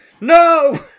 no